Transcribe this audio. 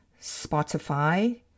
Spotify